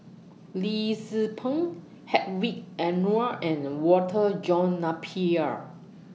Lim Tze Peng Hedwig Anuar and Walter John Napier